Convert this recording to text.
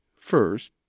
First